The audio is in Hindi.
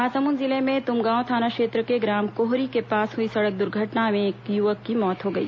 महासमुंद जिले में तुमगांव थाना क्षेत्र के ग्राम कोहरी के पास हुई सड़क दुर्घटना में एक युवक की मौत हो गई